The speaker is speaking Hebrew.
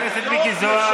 חבר הכנסת מיקי זוהר.